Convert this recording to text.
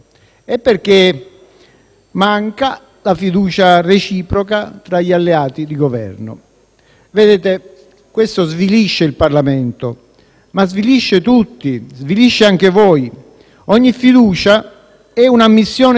manca la fiducia reciproca tra gli alleati di Governo. Questo svilisce il Parlamento, ma svilisce tutti, anche voi. Ogni fiducia è un'ammissione di debolezza;